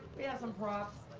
we have some props.